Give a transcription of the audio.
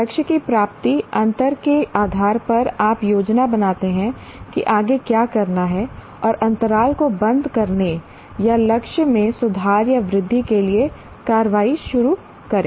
लक्ष्य की प्राप्ति अंतर के आधार पर आप योजना बनाते हैं कि आगे क्या करना है और अंतराल को बंद करने या लक्ष्य में सुधार या वृद्धि के लिए कार्रवाई शुरू करें